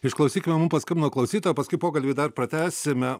išklausykime mum paskambino klausytoja paskui pokalbį dar pratęsime